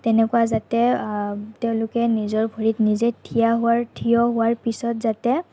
তেনেকুৱা যাতে তেওঁলোকে নিজৰ ভৰিত নিজে থিয় হোৱাৰ থিয় হোৱাৰ পিছত যাতে